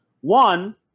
One